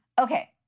okay